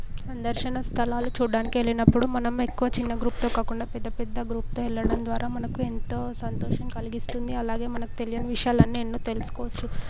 సందర్శన స్థలాలు చూడటానికి వెళ్ళినప్పుడు మనం ఎక్కువ చిన్న గ్రూప్తో కాకుండా పెద్దపెద్ద గ్రూప్తో వెళ్ళడం ద్వారా మనకు ఎంతో సంతోషం కలిగిస్తుంది అలాగే మనకు తెలియని విషయాలన్నీ ఎన్నో తెలుసుకోవచ్చు